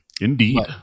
Indeed